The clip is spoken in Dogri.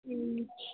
ठीक